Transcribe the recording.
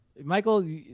Michael